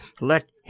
let